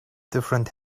different